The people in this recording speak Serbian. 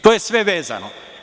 To je sve vezano.